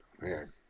Man